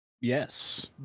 Yes